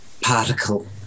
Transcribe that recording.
particle